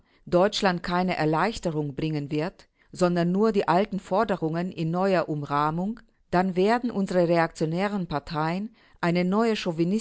deutschland keine erleichterung bringen wird sondern nur die alten forderungen in neuer umrahmung dann werden unsere reaktionären parteien eine neue